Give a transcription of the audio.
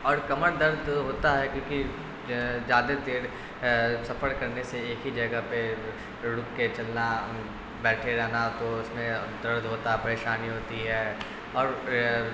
اور کمر درد ہوتا ہے کیونکہ زیادہ دیر سفر کرنے سے ایک ہی جگہ پہ رک کے چلنا بیٹھے رہنا تو اس میں درد ہوتا ہے پریشانی ہوتی ہے اور